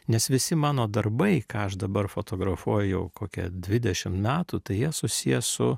nes visi mano darbai ką aš dabar fotografuoju jau kokia dvidešim metų tai susiję su